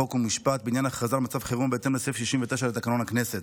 חוק ומשפט בעניין הכרזה על מצב חירום בהתאם לסעיף 69 לתקנון הכנסת.